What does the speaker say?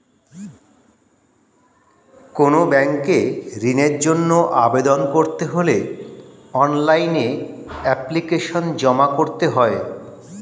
কোনো ব্যাংকে ঋণের জন্য আবেদন করতে হলে অনলাইনে এপ্লিকেশন জমা করতে হয়